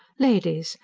ladies!